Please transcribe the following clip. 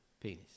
penis